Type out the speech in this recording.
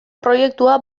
proiektua